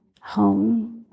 home